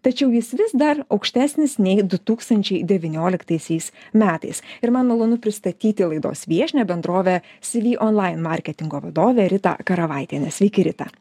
tačiau jis vis dar aukštesnis nei du tūkstančiai devynioliktaisiais metais ir man malonu pristatyti laidos viešnią bendrovę cv online marketingo vadovę rita karavaitienę sveiki rita